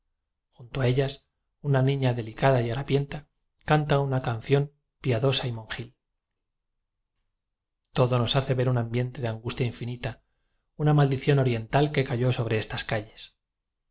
junto a ellas una niña delicada y harapien ta canta una canción piadosa y monjil biblioteca nacional de españa todo nos hace ver un ambiente de an gustia infinita una maldición oriental que cayó sobre estas calles